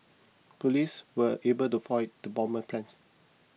police were able to foil the bomber's plans